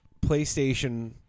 PlayStation